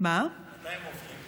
מתי הם עוברים,